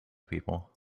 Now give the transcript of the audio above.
people